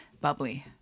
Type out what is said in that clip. Bubbly